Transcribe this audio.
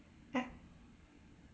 ah